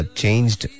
changed